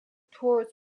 toward